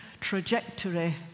trajectory